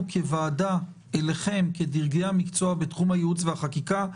כוועדה אליכם כדרגי המקצוע בתחום הייעוץ והחקיקה.